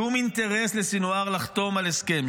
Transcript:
שום אינטרס לסנוואר לחתום על הסכם.